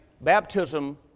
baptism